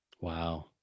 Wow